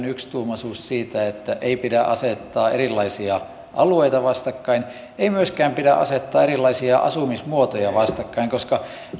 yksituumaisuus siitä että ei pidä asettaa erilaisia alueita vastakkain ei myöskään pidä asettaa erilaisia asumismuotoja vastakkain koska